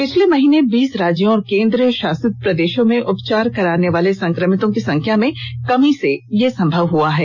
पिछले महीने बीस राज्यों और केन्द्र शासित प्रदेशों में उपचार कराने वाले संक्रमितों की संख्या में कमी से यह संभव हुआ है